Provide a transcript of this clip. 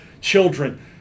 children